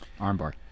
Armbar